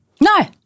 No